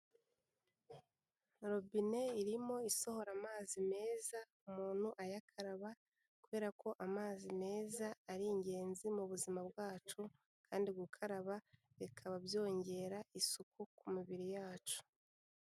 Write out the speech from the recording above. Robine irimo isohora amazi meza umuntu ayakaraba kubera ko amazi meza ari ingenzi mu buzima bwacu kandi gukaraba bikaba byongera isuku ku mibiri yacu.